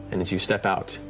and as you step out,